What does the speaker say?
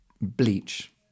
bleach